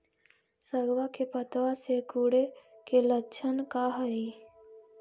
सगवा के पत्तवा सिकुड़े के लक्षण का हाई?